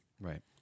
Right